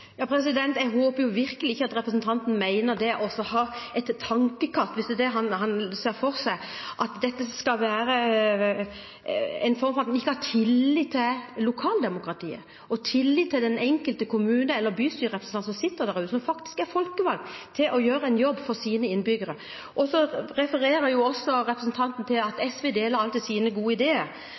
Jeg håper virkelig ikke at representanten mener at det å ha et tankekart, hvis det er det han ser for seg, skal bety at man ikke har tillit til lokaldemokratiet og til den enkelte kommune- eller bystyrerepresentant som sitter der ute, som faktisk er folkevalgt til å gjøre en jobb for sine innbyggere. Så refererer representanten til at SV alltid deler sine gode ideer.